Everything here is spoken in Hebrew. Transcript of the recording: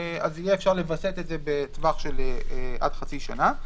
יהיה אפשר לווסת את זה בטווח של עד חצי שנה.